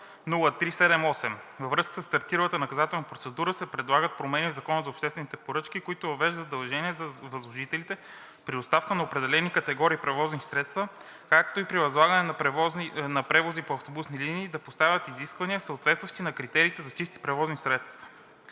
Във връзка със стартиралата наказателна процедура се предлагат промени в Закона за обществените поръчки, които въвеждат задължение за възложителите при доставката на определени категории превозни средства, както и при възлагане на превози по автобусни линии да поставят изисквания, съответстващи на критериите за чисти превозни средства.